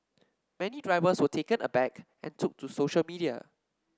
many drivers were taken aback and took to social media